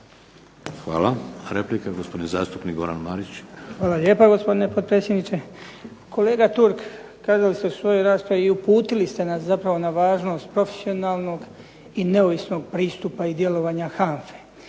Hvala. Replika, gospodin zastupnik Goran Marić. **Marić, Goran (HDZ)** Hvala lijepa gospodine potpredsjedniče. Kolega Turk kazali ste u svojoj raspravi i uputili ste zapravo na važnost profesionalnog i neovisnog pristupa i djelovanja HANFA-e.